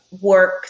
work